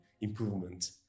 improvement